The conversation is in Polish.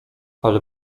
ale